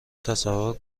تصور